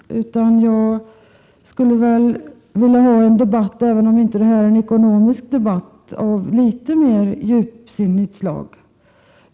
Jag skulle vilja ha en debatt, även om detta inte är en ekonomisk debatt, av litet mer djupsinnigt slag.